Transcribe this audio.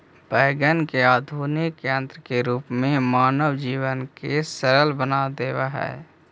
wagon ने आधुनिक यन्त्र के रूप में मानव जीवन के सरल बना देवऽ हई